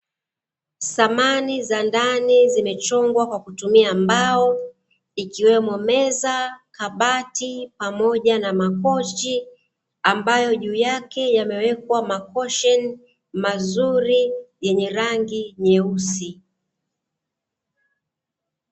Samani za ndani zimechongwa kwa kutumia mbao ikiwemo meza, kabati pamoja na makochi ambayo juu yake yamewekwa makosheni mazuri yenye rangi nyeusi.